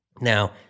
Now